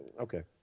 okay